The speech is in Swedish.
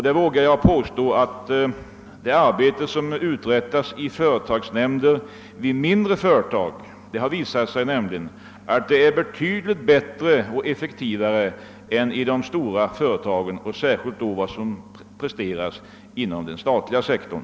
Det har visat sig att det arbete som uträttats i företagsnämnderna i de mindre företagen är betydligt bättre och effektivare än arbetet inom företagsnämnderna vid de stora företagen, framför allt på den statliga sektorn.